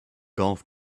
golf